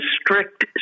strict